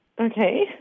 Okay